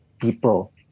people